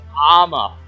armor